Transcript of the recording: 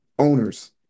owners